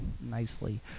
nicely